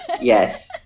Yes